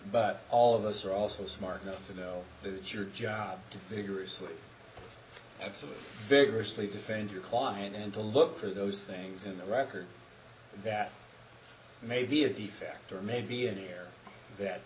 but all of us are also smart enough to know that it's your job to figure so absolutely vigorously defend your client and to look for those things in the record that may be a defect or maybe anywhere that